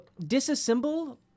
disassemble